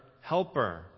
helper